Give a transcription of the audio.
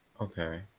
Okay